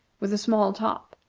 with a small top,